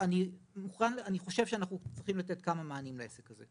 אני חושב שאנחנו צריכים לתת כמה מענים לעסק הזה.